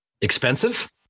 expensive